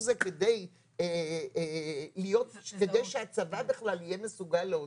זה כדי שהצבא בכלל יהיה מסוגל להודיע?